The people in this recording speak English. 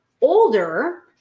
older